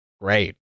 great